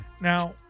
Now